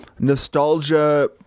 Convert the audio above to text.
Nostalgia